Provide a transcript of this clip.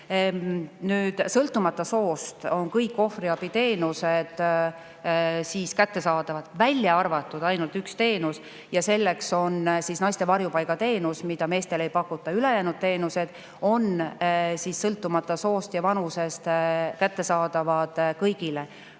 Nüüd, sõltumata soost on kõik ohvriabiteenused kättesaadavad, välja arvatud ainult üks teenus, ja selleks on naiste varjupaiga teenus, mida meestele ei pakuta. Ülejäänud teenused on sõltumata soost ja vanusest kättesaadavad kõigile.